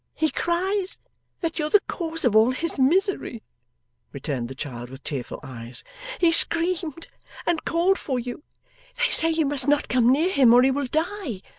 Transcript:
he cried that you're the cause of all his misery returned the child with tearful eyes he screamed and called for you they say you must not come near him or he will die.